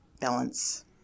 balance